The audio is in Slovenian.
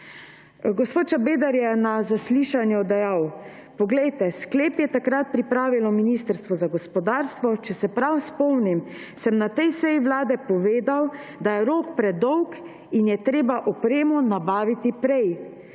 Gospod Šabeder je na zaslišanju dejal: »Poglejte, sklep je takrat pripravilo Ministrstvo za gospodarstvo. Če sem prav spomnim, sem na tej seji Vlade povedal, da je rok predolg in je treba opremo nabaviti prej.